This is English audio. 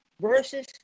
versus